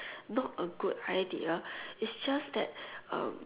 not a good idea it's just that uh